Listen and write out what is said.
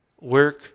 work